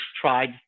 tried